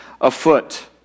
afoot